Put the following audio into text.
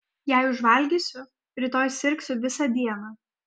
jei užvalgysiu rytoj sirgsiu visą dieną